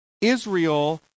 Israel